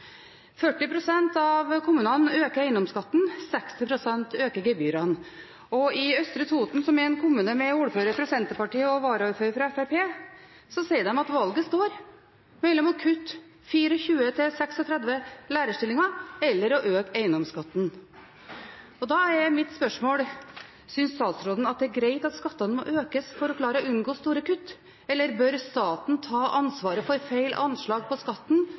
av kommunene øker eiendomsskatten, 60 pst. øker gebyrene. I Østre Toten, som er en kommune med ordfører fra Senterpartiet og varaordfører fra Fremskrittspartiet, sier de at valget står mellom å kutte 24–36 lærerstillinger og å øke eiendomsskatten. Da er mitt spørsmål: Synes statsråden det er greit at skattene må økes for at man skal klare å unngå store kutt, eller bør staten ta ansvaret for feil anslag på skatten